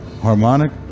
harmonic